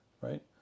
right